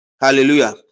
hallelujah